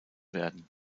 werden